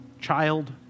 child